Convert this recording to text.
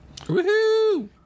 Woohoo